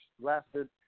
lasted